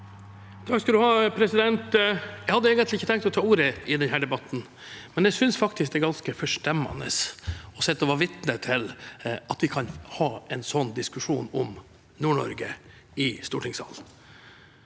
Jeg hadde egentlig ikke tenkt å ta ordet i denne debatten, men jeg synes faktisk det er ganske forstemmende å være vitne til at vi skal ha en sånn diskusjon i stortingssalen